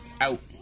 out